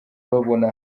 babona